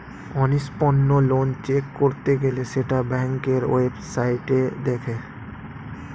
অনিষ্পন্ন loan check করতে গেলে সেটা ব্যাংকের ওয়েবসাইটে দেখে